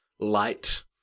light